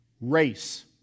race